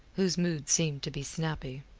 whose mood seemed to be snappy.